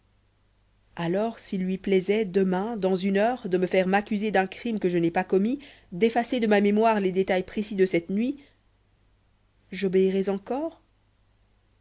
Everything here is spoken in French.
alors s'il lui plaisait demain dans une heure de me faire m'accuser d'un crime que je n'ai pas commis d'effacer de ma mémoire les détails précis de cette nuit j'obéirais encore